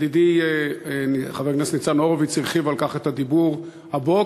ידידי חבר הכנסת ניצן הורוביץ הרחיב על כך את הדיבור הבוקר,